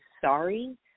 sorry